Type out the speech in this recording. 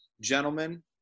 gentlemen